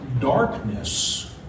darkness